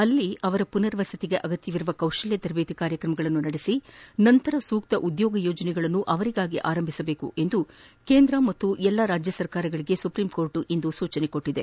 ಅಲ್ಲಿ ಅವರ ಪುನರ್ ವಸತಿಗೆ ಅಗತ್ನವಿರುವ ಕೌಶಲ್ಲ ತರಬೇತಿ ಕಾರ್ಯಕ್ರಮಗಳನ್ನು ನಡೆಸಿ ನಂತರ ಸೂಕ್ತ ಉದ್ಯೋಗ ಯೋಜನೆಗಳನ್ನು ಆರಂಭಿಸಬೇಕು ಎಂದು ಕೇಂದ್ರ ಮತ್ತು ಎಲ್ಲಾ ರಾಜ್ಯ ಸರ್ಕಾರಗಳಿಗೆ ಸುಪ್ರೀಂಕೋರ್ಟ್ ಇಂದು ಸೂಚಿಸಿದೆ